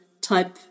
type